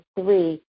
three